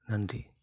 நன்றி